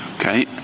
Okay